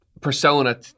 persona